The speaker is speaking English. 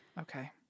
okay